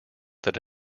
that